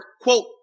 quote